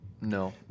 no